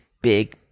big